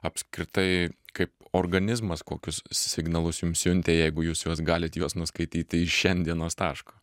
apskritai kaip organizmas kokius signalus jums siuntė jeigu jūs juos galit juos nuskaityti iš šiandienos taško